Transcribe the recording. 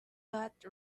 got